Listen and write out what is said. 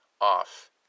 off